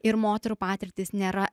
ir moterų patirtys nėra